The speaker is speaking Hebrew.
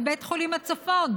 בית חולים בצפון,